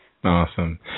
Awesome